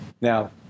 Now